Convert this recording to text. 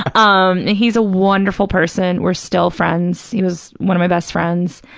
um yeah he's a wonderful person. we're still friends. he was one of my best friends.